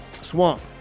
swamp